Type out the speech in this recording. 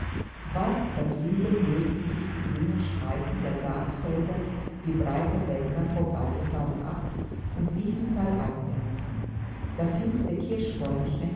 weit da drüben lösten sich die grünen streifen der saatfelder wie breite bänder vom waldessaume ab und liefen thaleinwärts das jüngste